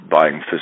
buying